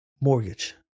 mortgage